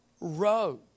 road